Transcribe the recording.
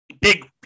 Big